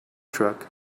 truck